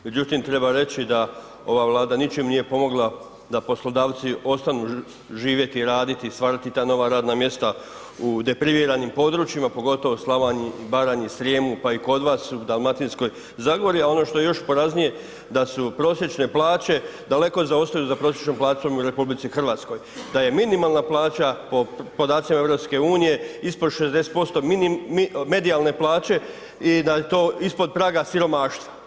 Međutim treba reći da ova Vlada ničim nije pomogla da poslodavci ostanu živjeti i raditi i stvarati ta nova radna mjesta u depriviranim područjima pogotovo u Slavoniji, Baranji i Srijemu pa i kod vas u Dalmatinskoj zagori, a ono što je još poraznije da su prosječne plaće daleko zaostaju za prosječnom plaćom u RH, da je minimalna plaća po podacima EU ispod 60% medijalne plaće i da je to ispod praga siromaštva.